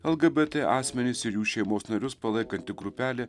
lgbt asmenys ir jų šeimos narius palaikanti grupelė